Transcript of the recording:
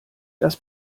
das